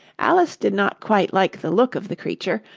alice did not quite like the look of the creature,